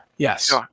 Yes